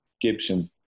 Gibson